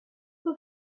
who